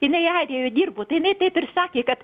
jinai airijoje dirbo tai jinai taip sakė kad